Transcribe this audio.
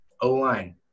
O-line